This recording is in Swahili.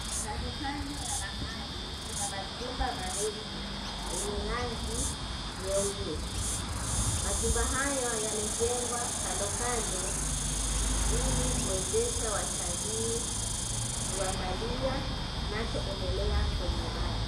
Kandokando ya bahari kuna majumba marefu yenye rangi nyeupe. Majumba haya yamejengwa kandokando ili kuezesha watalii kuangalia kinacho endelea kwenye maji.